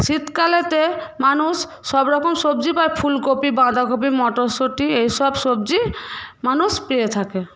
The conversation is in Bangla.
শীতকালেতে মানুষ সবরকম সবজি পায় ফুলকপি বাঁধাকপি মটরশুঁটি এই সব সবজি মানুষ পেয়ে থাকে